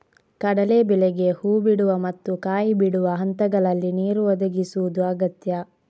ಕಡಲೇ ಬೇಳೆಗೆ ಹೂ ಬಿಡುವ ಮತ್ತು ಕಾಯಿ ಬಿಡುವ ಹಂತಗಳಲ್ಲಿ ನೀರು ಒದಗಿಸುದು ಅಗತ್ಯ